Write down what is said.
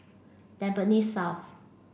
Tampines South